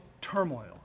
turmoil